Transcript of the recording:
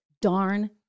darn